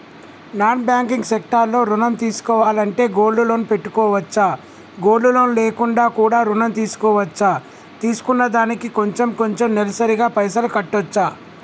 Non banking sector లో ఋణం తీసుకోవాలంటే గోల్డ్ లోన్ పెట్టుకోవచ్చా? గోల్డ్ లోన్ లేకుండా కూడా ఋణం తీసుకోవచ్చా? తీసుకున్న దానికి కొంచెం కొంచెం నెలసరి గా పైసలు కట్టొచ్చా?